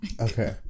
Okay